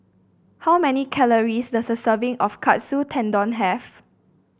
how many calories does a serving of Katsu Tendon have